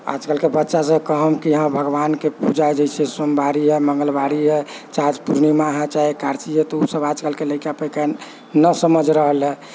आजकलके बच्चासभके हम कहियै भगवानके पूजा जैसे सोमवारी हए मङ्गलवारी हए चाहे पूर्णिमा हए चाहे एकादशी हए तऽ ओसभ आज कलके लैका पैका न समझ रहल हए